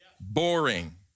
boring